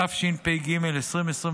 התשפ"ג 2023,